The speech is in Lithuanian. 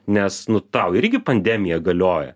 nes nu tau irgi pandemija galioja